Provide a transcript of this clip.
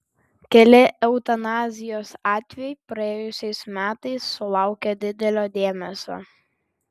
keli eutanazijos atvejai praėjusiais metais sulaukė didelio dėmesio